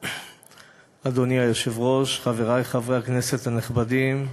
אדוני היושב-ראש, חברי חברי הכנסת הנכבדים,